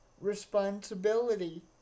responsibility